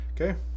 okay